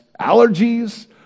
allergies